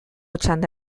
txanda